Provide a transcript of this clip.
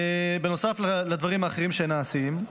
בנוסף לדברים האחרים שנעשים.